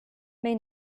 may